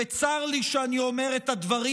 צר לי שאני אומר את הדברים,